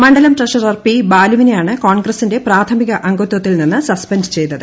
മണ്ഡലം treasurer P ബാലുവിനെയാണ് കോൺഗ്രസിന്റെ പ്രാഥമിക അംഗത്വത്തിൽ നിന്ന് സസ്പെൻഡ് ചെയ്തത്